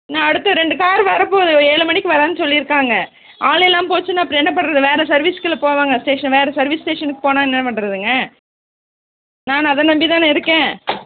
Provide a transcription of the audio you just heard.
நான் அடுத்து ரெண்டு காரு வர போது ஏழு மணிக் வரேன் சொல்லியிருக்காங்க ஆள் இல்லாம் போச்சுன்னா அப்புறோம் என்ன பண்ணுறது வேறு சர்விஸ்க்குல போவாங்க ஸ்டேஷன் வேறு சர்வீஸ் ஸ்டேஷனுக்கு போனா என்ன பண்ணுறதுங்க நான் அதை நம்பி தான இருக்கேன்